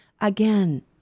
Again